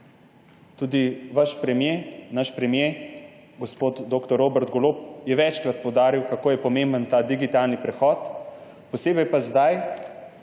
Tudi vaš premier, naš premier gospod dr. Robert Golob je večkrat poudaril, kako je pomemben ta digitalni prehod, posebej pa zdaj,